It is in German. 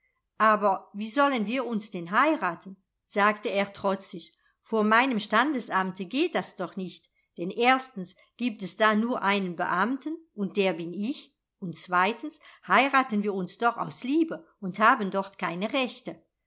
aber wie sollen wir uns denn heiraten sagte er trotzig vor meinem standesamte geht das doch nicht denn erstens gibt es da nur einen beamten und der bin ich und zweitens heiraten wir uns doch aus liebe und haben dort keine rechte